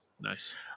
Nice